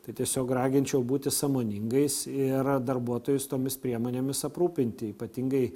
tai tiesiog raginčiau būti sąmoningais ir darbuotojus tomis priemonėmis aprūpinti ypatingai